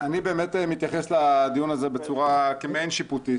אני באמת מתייחס לדיון הזה בצורה כמעין שיפוטית,